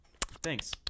Thanks